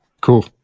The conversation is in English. Cool